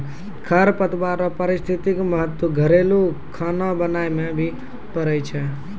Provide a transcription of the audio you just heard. खरपतवार रो पारिस्थितिक महत्व घरेलू खाना बनाय मे भी पड़ै छै